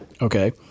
Okay